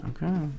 Okay